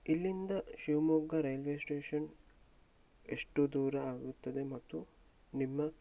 ಇಲ್ಲಿಂದ Shivamogga railway station ಎಷ್ಟು ದೂರ ಆಗುತ್ತದೆ ಮತ್ತು ನಿಮ್ಮ